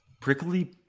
Prickly